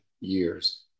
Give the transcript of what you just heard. years